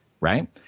Right